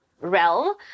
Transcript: realm